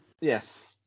Yes